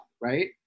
right